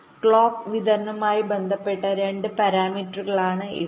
clock വിതരണവുമായി ബന്ധപ്പെട്ട രണ്ട് പാരാമീറ്ററുകളാണ് ഇവ